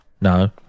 No